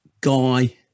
guy